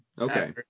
Okay